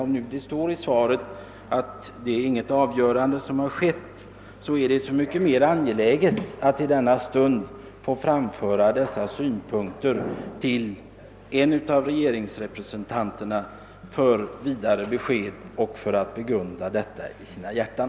Med hänsyn till att det i svaret uttalats att ännu inget avgörande har skett, är det så mycket mer angeläget att i denna stund få framföra dessa synpunkter till en av regeringsrepresentanterna, som kan vidarebefordra dem till sina kolleger för att begrundas i deras hjärtan.